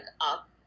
up